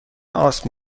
آسم